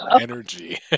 energy